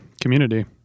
community